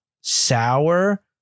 Sour